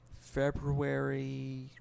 February